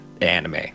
anime